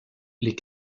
les